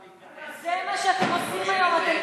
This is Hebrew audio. זה מה שאתם עושים היום.